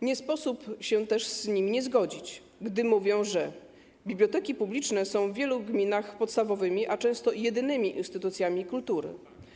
Nie sposób się też z nimi nie zgodzić, gdy mówią: biblioteki publiczne są w wielu gminach podstawowymi, a często jedynymi, instytucjami kultury.